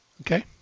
Okay